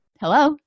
hello